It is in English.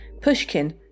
Pushkin